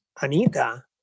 Anita